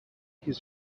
his